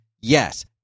Yes